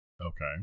Okay